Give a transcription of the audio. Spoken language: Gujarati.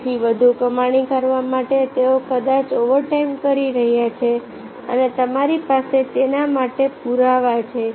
તેથી વધુ કમાણી કરવા માટે તેઓ કદાચ ઓવરટાઇમ કરી રહ્યા છે અને તમારી પાસે તેના માટે પુરાવા છે